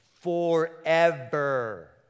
forever